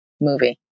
movie